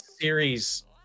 series